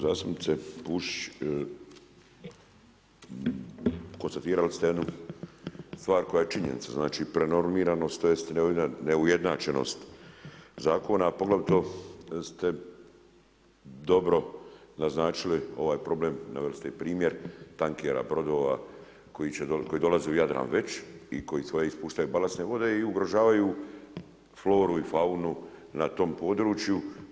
Zastupnice Pusić, konstatirali ste jednu stvar koja je činjenica, znači prenormiranost tj. neujednačenost zakona poglavito ste dobro naznačili ovaj problem, naveli te i primjer tankera, brodova koji dolaze u Jadran već i koji ispuštaju balastne vode i ugrožavaju floru i faunu na tom području.